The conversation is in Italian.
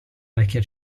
vecchia